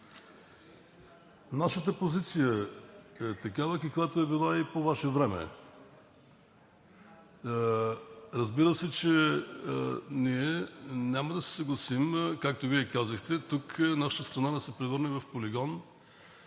нашата позиция е такава, каквато е била и по Ваше време. Разбира се, че ние няма да се съгласим, както Вие казахте тук, нашата страна да се превърне в полигон